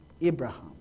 Abraham